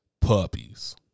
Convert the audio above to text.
Puppies